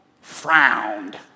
frowned